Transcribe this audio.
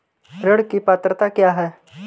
ऋण की पात्रता क्या है?